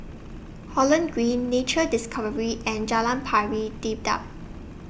Holland Green Nature Discovery and Jalan Pari Dedap